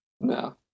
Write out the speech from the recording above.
No